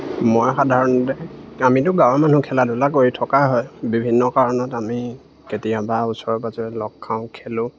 মই সাধাৰণতে আমিতো গাঁৱৰ মানুহ খেলা ধূলা কৰি থকা হয় বিভিন্ন কাৰণত আমি কেতিয়াবা ওচৰে পাঁজৰে লগ খাওঁ খেলোঁ